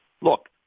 look